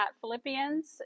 Philippians